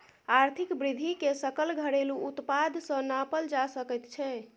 आर्थिक वृद्धिकेँ सकल घरेलू उत्पाद सँ नापल जा सकैत छै